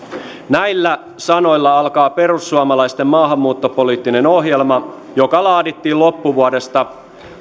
näillä sanoilla alkaa perussuomalaisten maahanmuuttopoliittinen ohjelma joka laadittiin loppuvuodesta